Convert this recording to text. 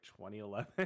2011